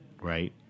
Right